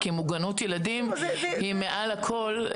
מוגנות ילדים היא מעל הכל.